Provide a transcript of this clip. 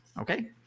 okay